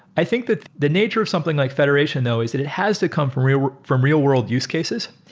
i think that the nature of something like federation though is that it has to come from real-world from real-world use cases.